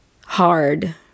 hard